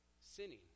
sinning